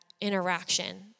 interaction